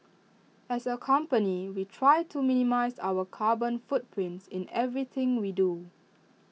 as A company we try to minimise our carbon footprint in everything we do